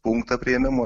punktą priėmimo